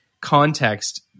context